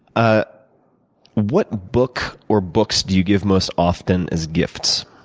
ah what book or books do you give most often as gifts?